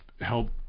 help